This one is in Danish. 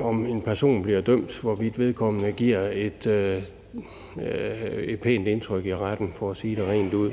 om en person bliver dømt, hvorvidt vedkommende giver et pænt indtryk i retten, for at sige det rent ud,